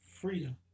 freedom